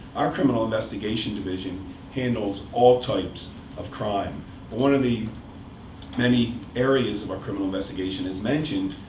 our criminal investigation division handles all types of crime. but one of the many areas of our criminal investigation, as mentioned,